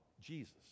Jesus